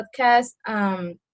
podcast